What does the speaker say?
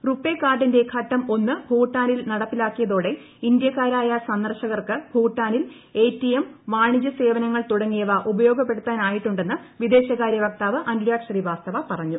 RuPay കാർഡിന്റെ ഘട്ടം ഒന്ന് ഭൂട്ടാനിൽ നടപ്പിലാക്കിയതോടെ ഇന്ത്യക്കാരായ സന്ദർശകർക്ക് ഭൂട്ടാനിൽ എടിഎം വാണിജ്യ സേവനങ്ങൾ തുടങ്ങിയവ ഉപയോഗപ്പെടുത്താനായിട്ടുണ്ടെന്ന് വിദേശകാര്യ വക്താവ് അനുരാഗ് ശ്രീവാസ്തവ പറഞ്ഞു